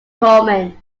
corman